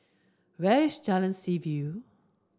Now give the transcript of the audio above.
where is Jalan Seaview